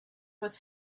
was